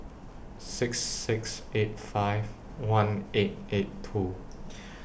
six six eight five one eight eight two